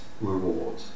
reward